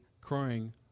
crying